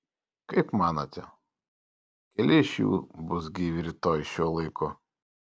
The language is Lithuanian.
kaip manote keli iš jų bus gyvi rytoj šiuo laiku